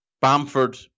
Bamford